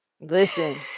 Listen